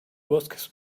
bosques